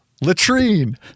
latrine